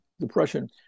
Depression